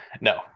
No